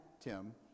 tim